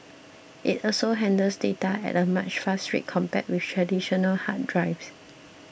it also handles data at a much faster rate compared with traditional hard drives